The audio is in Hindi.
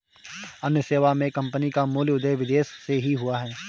अन्य सेवा मे कम्पनी का मूल उदय विदेश से ही हुआ है